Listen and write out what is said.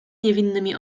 niewinnymi